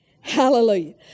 Hallelujah